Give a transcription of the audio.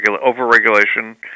over-regulation